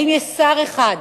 האם יש שר אחד,